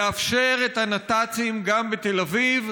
לאפשר את הנת"צים גם בתל אביב,